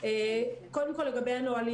קודם כול, לגבי הנהלים.